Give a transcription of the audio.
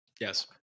yes